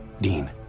Dean